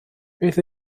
beth